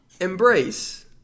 embrace